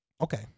okay